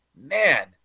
man